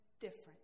different